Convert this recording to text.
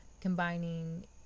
combining